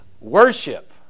worship